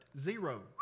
zero